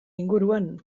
inguruan